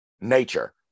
nature